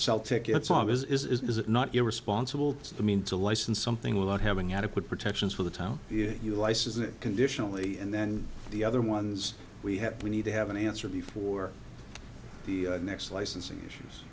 sell tickets on is it not irresponsible i mean to license something without having adequate protections for the town you license it conditionally and then the other ones we have we need to have an answer before the next licensing issues